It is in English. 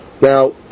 now